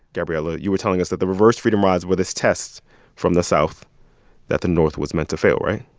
gabrielle, ah you were telling us that the reverse freedom rides were this test from the south that the north was meant to fail, right?